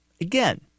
again